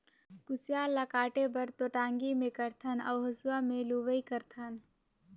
कुसियार ल काटे बर तो टांगी मे कारथन अउ हेंसुवा में लुआई करथन